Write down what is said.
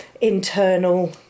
internal